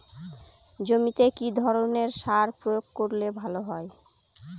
জমিতে কি ধরনের সার প্রয়োগ করলে ভালো হয়?